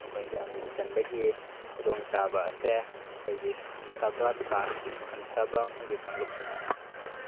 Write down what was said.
ꯃꯈꯣꯏꯗ ꯃꯤꯡ ꯆꯟꯕꯒꯤ ꯈꯨꯗꯣꯡꯆꯥꯕ ꯑꯁꯦ ꯃꯈꯣꯏꯒꯤꯁꯨ ꯍꯟꯊꯕ ꯀꯥꯁ ꯍꯟꯊꯕ ꯃꯈꯣꯏꯒꯤ ꯀꯥꯡꯂꯨꯞ